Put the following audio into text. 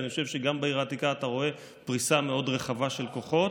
ואני חושב שגם בעיר העתיקה אתה רואה פריסה מאוד רחבה של כוחות,